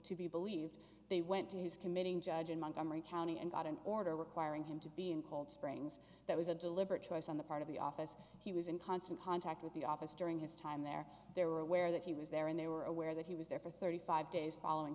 to be believed they went to his committing judge in montgomery county and got an order requiring him to be in cold springs that was a deliberate choice on the part of the office he was in constant contact with the office during his time there they were aware that he was there and they were aware that he was there for thirty five days following